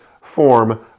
form